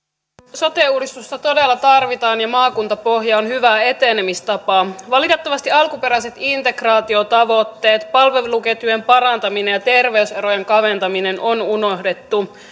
sote uudistusta todella tarvitaan ja maakuntapohja on hyvä etenemistapa valitettavasti alkuperäiset integraatiotavoitteet palveluketjujen parantaminen ja terveyserojen kaventaminen on unohdettu